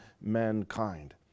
mankind